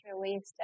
released